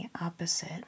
opposite